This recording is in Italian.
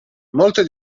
molte